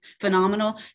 phenomenal